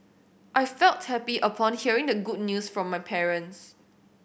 I felt happy upon hearing the good news from my parents